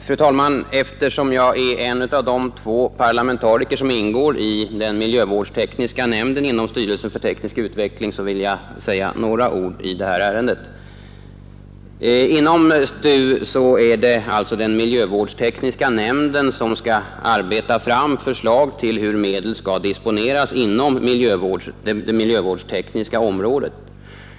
Fru talman! Eftersom jag är en av de två parlamentariker som ingår i den miljövårdstekniska nämnden inom styrelsen för teknisk utveckling, vill jag säga några ord i det här ärendet. Inom STU är det den miljövårdstekniska nämnden som skall arbeta fram förslag till hur medel skall disponeras inom det miljövårdstekniska området.